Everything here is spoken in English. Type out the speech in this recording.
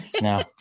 now